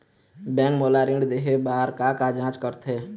Bank मोला ऋण देहे बार का का जांच करथे?